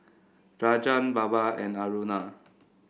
Rajan Baba and Aruna